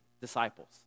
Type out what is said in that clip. disciples